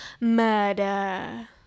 murder